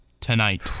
tonight